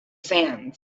sands